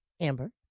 Amber